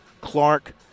Clark